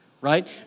right